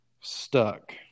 stuck